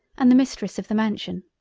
and the mistress of the mansion.